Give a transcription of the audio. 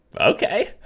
Okay